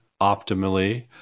optimally